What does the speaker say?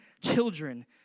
children